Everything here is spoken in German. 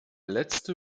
letzte